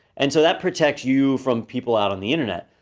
and so that protects you from people out on the internet,